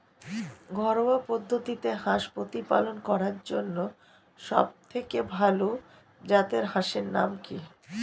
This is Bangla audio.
ঘরোয়া পদ্ধতিতে হাঁস প্রতিপালন করার জন্য সবথেকে ভাল জাতের হাঁসের নাম কি?